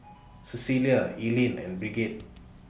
Cecelia Eileen and Brigitte